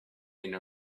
viene